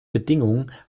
bedingung